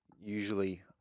usually